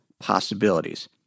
possibilities